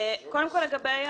קודם כל, לגבי המיגון.